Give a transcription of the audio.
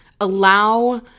allow